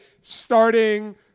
starting